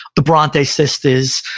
the bronte sisters,